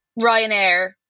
Ryanair